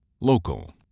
Local